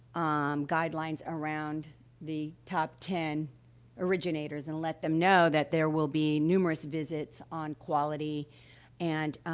um, guidelines around the top ten originators and let them know that there will be numerous visits on quality and,